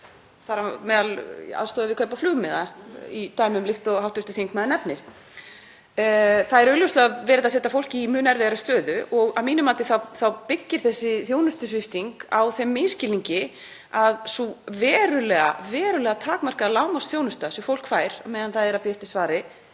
verið að setja fólk í mun erfiðari stöðu og að mínu mati byggir þessi þjónustusvipting á þeim misskilningi að sú verulega takmarkaða lágmarksþjónusta sem fólk fær meðan það er að bíða eftir svari